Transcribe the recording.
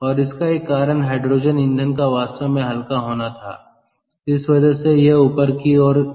और इसका एक कारण हाइड्रोजन ईंधन का वास्तव में हल्का होना था जिस वजह से वह ऊपर की ओर गया